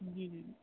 جی جی